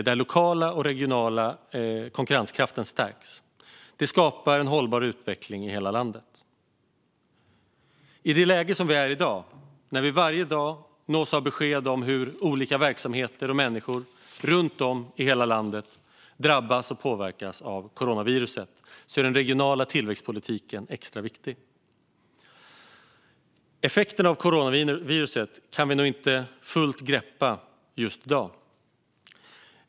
Den lokala och regionala konkurrenskraften stärks. Detta skapar en hållbar utveckling i hela landet. I det läge vi i dag befinner oss i, när vi varje dag nås av besked om hur olika verksamheter och människor runt om i hela landet drabbas och påverkas av coronaviruset, är den regionala tillväxtpolitiken extra viktig. Effekten av coronaviruset kan vi nog inte fullt greppa just i dag.